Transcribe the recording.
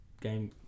game